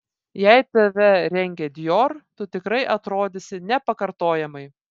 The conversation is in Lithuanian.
jei tave rengia dior tu tikrai atrodysi nepakartojamai